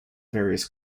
various